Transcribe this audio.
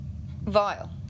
Vile